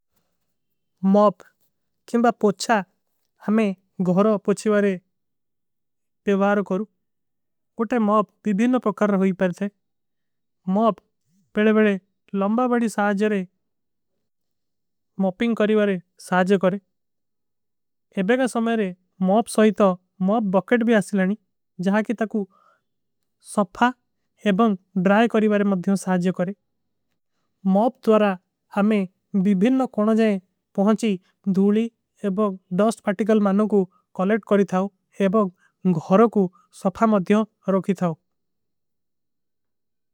ମପ କେଂବା ପୋଚ୍ଚା ହମେଂ ଗୋହରୋ ପୋଚ୍ଚୀ ଵାରେ ଵିଵାରୋ କରୂ। କୋଟେ ମପ ଭୀଭୀନ ପକର ହୋଈ ପାର ଥେ ମପ ବେଡେ ବେଡେ ଲଂବା। ବଡୀ ସହାଜ ଵାରେ ମପିଂଗ କରୀ ଵାରେ ସହାଜ କରେ ଏବେଗା। ସମଯରେ ମପ ସହୀ ତୋ ମପ ବକେଟ ଭୀ ଆଶିଲନୀ। ଜହାଂକି ତକୁ ସଫା ଏବଂଗ ଡ୍ରାଯ କରୀ। ଵାରେ ମଦ୍ଯୋଂ ସହାଜଯ କରେ ମପ ତୋରା ହମେଂ ଭୀଭୀନ କୌନୋଂ। ଜାଏ ପହୁଂଚୀ ଧୂଲୀ ଏବଗ ଡସ୍ଟ ପାର୍ଟିକଲ ମାନୋଂ କୋ କଲେଟ। କରୀ ଥାଓ ଏବଗ ଗୋହରୋ କୋ ସଫା ମଦ୍ଯୋଂ ରୋକୀ ଥାଓ।